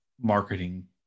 marketing